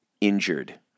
injured